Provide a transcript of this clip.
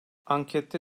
ankette